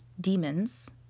demons